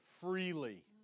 freely